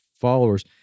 followers